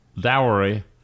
dowry